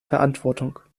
verantwortung